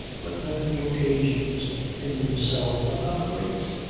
but then the occasions in themselves are not great.